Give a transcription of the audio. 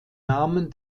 namen